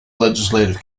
legislative